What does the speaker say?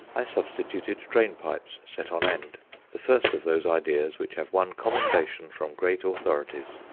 i substituted drain-pipes set on end the first of those ideas which have won commendation from great authorities.